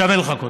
שווה לחכות.